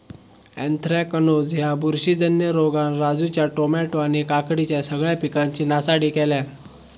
anthracnose ह्या बुरशीजन्य रोगान राजूच्या टामॅटो आणि काकडीच्या सगळ्या पिकांची नासाडी केल्यानं